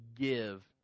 give